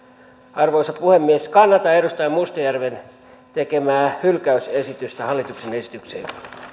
arvoisa puhemies kannatan edustaja mustajärven tekemää hylkäysesitystä hallituksen esitykseen